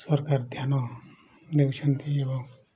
ସରକାର ଧ୍ୟାନ ଦେଉଛନ୍ତି ଏବଂ